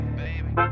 baby